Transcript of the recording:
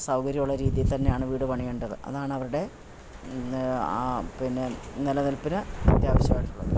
സൗകര്യം ഉള്ള രീതിയിൽത്തന്നെയാണ് വീട് പണിയേണ്ടത് അതാണ് അവരുടെ പിന്നെ നിലനിൽപ്പിന് അത്യാവശ്യം ആയിട്ടുള്ളത്